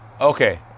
okay